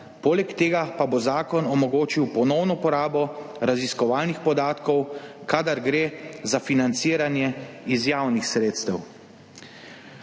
Poleg tega pa bo zakon omogočil ponovno uporabo raziskovalnih podatkov, kadar gre za financiranje iz javnih sredstev.